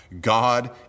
God